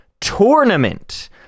tournament